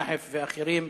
נחף ואחרים.